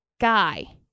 guy